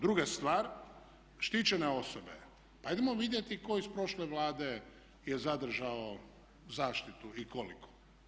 Druga stvar, štićene osobe, pa idemo vidjeti tko iz prošle Vlade je zadržao zaštitu i koliko?